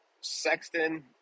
Sexton